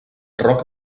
roc